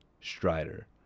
Strider